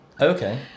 Okay